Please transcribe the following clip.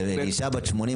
לאישה בת 85?